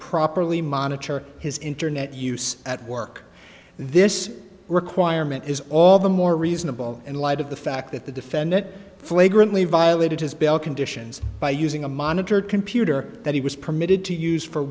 properly monitor his internet use at work this requirement is all the more reasonable in light of the fact that the defendant flagrantly violated his bail conditions by using a monitored computer that he was permitted to use for